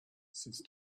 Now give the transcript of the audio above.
since